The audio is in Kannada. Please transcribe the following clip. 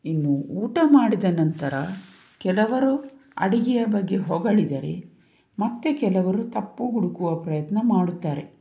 ಇನ್ನು ಊಟ ಮಾಡಿದ ನಂತರ ಕೆಲವರು ಅಡಿಗೆಯ ಬಗ್ಗೆ ಹೊಗಳಿದರೆ ಮತ್ತೆ ಕೆಲವರು ತಪ್ಪು ಹುಡುಕುವ ಪ್ರಯತ್ನ ಮಾಡುತ್ತಾರೆ